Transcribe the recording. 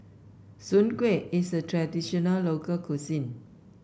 Soon Kway is a traditional local cuisine